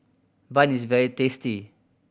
bun is very tasty